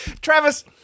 Travis